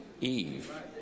Eve